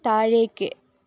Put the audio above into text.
താഴേക്ക്